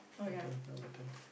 my turn now my turn